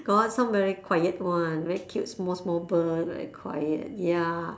got some very quiet one very cute small small bird very quiet ya